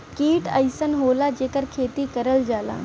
कीट अइसन होला जेकर खेती करल जाला